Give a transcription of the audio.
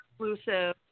exclusive